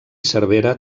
cervera